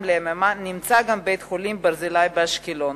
נמצא גם בית-החולים "ברזילי" באשקלון,